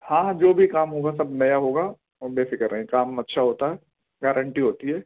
ہاں جو بھی کام ہوگا سب نیا ہوگا آپ بے فکر رہیں کام اچھا ہوتا ہے گارنٹی ہوتی ہے